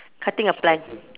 cutting a plant